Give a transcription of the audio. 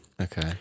Okay